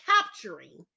capturing